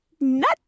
nut